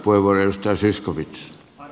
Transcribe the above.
arvoisa herra puhemies